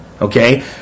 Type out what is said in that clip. Okay